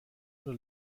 oder